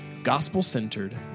gospel-centered